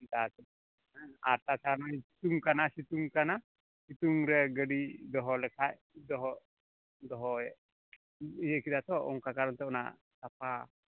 ᱰᱟᱠ ᱟᱨ ᱛᱟᱪᱷᱟᱲᱟ ᱱᱚᱜᱼᱚᱭ ᱥᱤᱛᱩᱝ ᱠᱟᱱᱟ ᱥᱤᱛᱩᱝ ᱠᱟᱱᱟ ᱥᱤᱛᱩᱝ ᱨᱮ ᱜᱟᱹᱰᱤ ᱫᱚᱦᱚ ᱞᱮᱠᱷᱟᱱ ᱫᱚᱦᱚ ᱫᱚᱦᱚᱭᱮᱫ ᱤᱭᱟᱹ ᱠᱮᱫᱟ ᱛᱚ ᱚᱱᱠᱟ ᱠᱟᱨᱚᱱ ᱛᱮ ᱚᱱᱟ ᱥᱟᱯᱷᱟ